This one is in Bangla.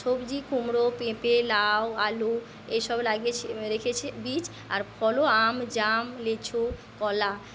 সবজি কুমড়ো পেপে লাউ আলু এইসব লাগিয়ে রেখেছি বীজ আর ফলও আম জাম লিচু কলা